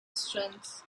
strengths